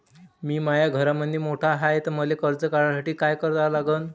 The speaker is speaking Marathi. मी माया घरामंदी मोठा हाय त मले कर्ज काढासाठी काय करा लागन?